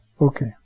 Okay